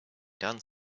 done